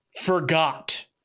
forgot